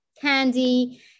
candy